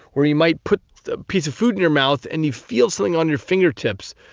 or you might put a piece of food in your mouth and you feel something on your fingertips,